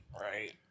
right